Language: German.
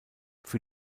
für